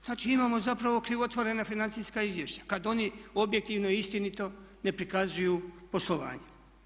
Znači imamo zapravo krivotvorena financijska izvješća kad oni objektivno istinito ne prikazuju poslovanje.